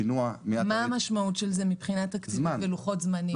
שינוע של --- מה המשמעות של זה מבחינת תקציבים ולוחות זמנים?